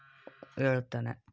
ಹೇಳುತ್ತೇನೆ